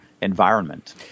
environment